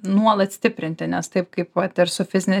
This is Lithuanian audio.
nuolat stiprinti nes taip kaip vat ir su fizine